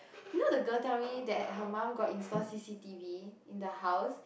you know the girl tell me that her mum got install C_C_T_V in the house